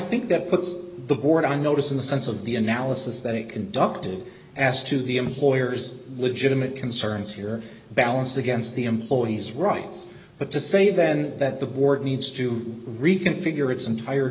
think that puts the board on notice in the sense of the analysis that it conducted as to the employer's legitimate concerns here balance against the employees rights but to say then that the board needs to reconfigure its entire